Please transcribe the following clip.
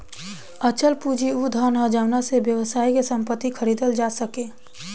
अचल पूंजी उ धन ह जावना से व्यवसाय के संपत्ति खरीदल जा सके